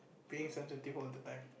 being sensitive all the time